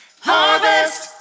harvest